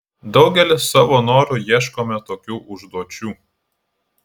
daugelis savo noru ieškome tokių užduočių